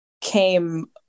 came